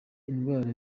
indwara